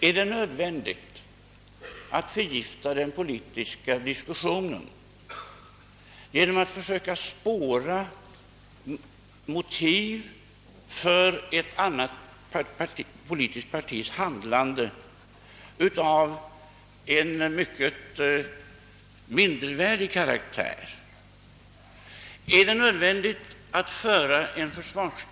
Är det nödvändigt att förgifta den politiska diskussionen genom att försöka spåra motiv för ett annat politiskt partis handlande av en mycket mindervärdig karaktär?